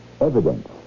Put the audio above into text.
evidence